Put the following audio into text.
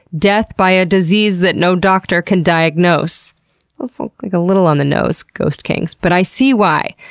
death by a disease that no doctor can diagnose so like a little on the nose, ghost kings, but i see why.